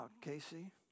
Casey